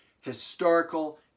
historical